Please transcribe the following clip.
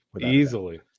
easily